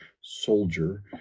soldier